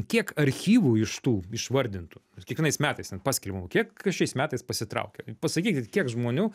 kiek archyvų iš tų išvardintų kiekvienais metais ten paskelbiama kiek kas šiais metais pasitraukė ir pasakykit kiek žmonių